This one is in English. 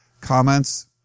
comments